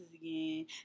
again